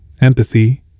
empathy